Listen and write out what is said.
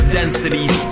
densities